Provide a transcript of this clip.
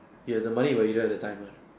you have the money but you don't have the time lah